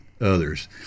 others